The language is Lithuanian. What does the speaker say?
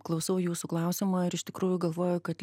klausau jūsų klausiamo ir iš tikrųjų galvoju kad